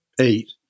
eight